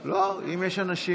לא שומעים,